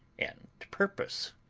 and purpose.